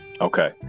Okay